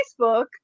Facebook